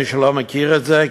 למי שלא מכיר את זה,